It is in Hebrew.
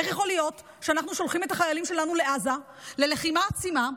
איך יכול להיות שאנחנו שולחים את החיילים שלנו לעזה ללחימה עצימה,